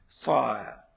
fire